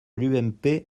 l’ump